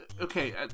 Okay